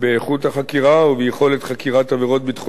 החקירה וביכולת חקירת עבירות ביטחוניות,